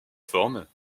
formes